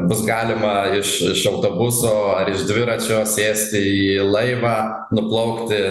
bus galima iš autobuso ar iš dviračio sėsti į laivą nuplaukti